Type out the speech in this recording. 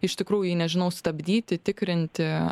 iš tikrų jį nežinau stabdyti tikrinti